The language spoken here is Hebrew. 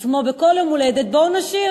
אז כמו בכל יום הולדת, בואו נשיר: